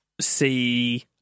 see